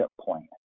plan